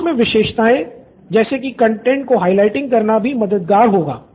साथ मे विशेषताएं जैसे किसी कंटैंट को हाइलाइटिंग करना भी मददगार रहेगा